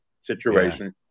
situation